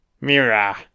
Mira